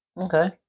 Okay